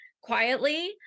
quietly